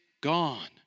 gone